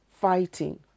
fighting